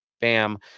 Bam